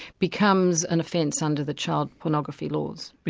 becomes an offence under the child pornography laws.